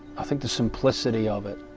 i think, the simplicity of it